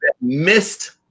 missed